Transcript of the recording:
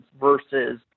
versus